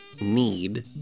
need